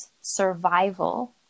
survival